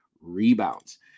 rebounds